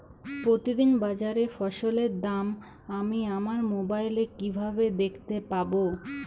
প্রতিদিন বাজারে ফসলের দাম আমি আমার মোবাইলে কিভাবে দেখতে পাব?